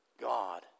God